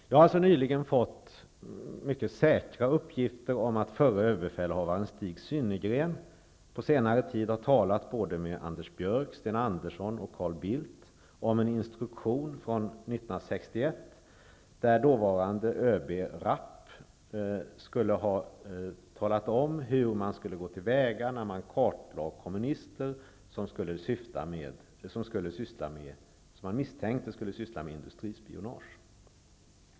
Jag har nyligen fått mycket säkra uppgifter om att förre ÖB Stig Synnergren på senare tid har talat med Anders Björck, Sten Andersson och Carl Bildt om en instruktion från 1961, där dåvarande ÖB Rapp skulle ha talat om hur man skulle gå till väga för att kartlägga kommunister som misstänktes syssla med industrispionage.